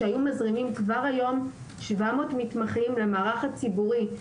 שהיו מזרימים כבר היום 700 מתמחים למערך הציבורי.